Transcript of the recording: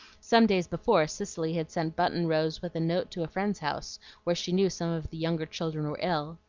some days before cicely had sent button-rose with a note to a friend's house where she knew some of the younger children were ill.